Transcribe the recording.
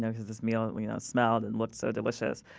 and because this meal and you know smelled and looked so delicious,